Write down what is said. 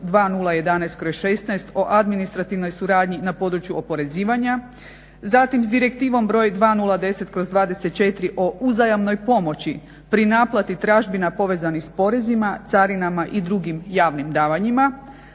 2011/16 o administrativnoj suradnji na području oporezivanja, zatim s Direktivom br. 2010/24 o uzajamnoj pomoći pri naplati tražbina povezanih s porezima, carinama i drugim javnim davanjima,